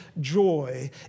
joy